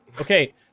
Okay